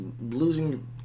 losing